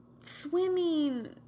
swimming